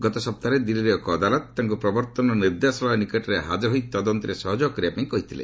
ଗତ ସପ୍ତାହରେ ଦିଲ୍ଲୀର ଏକ ଅଦାଲତ ତାଙ୍କୁ ପ୍ରବର୍ତ୍ତନ ନିର୍ଦ୍ଦେଶାଳୟ ନିକଟରେ ହାଜର ହୋଇ ତଦନ୍ତରେ ସହଯୋଗ କରିବା ପାଇଁ କହିଥିଲେ